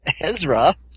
Ezra